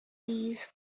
these